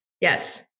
Yes